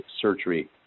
surgery